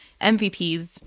MVPs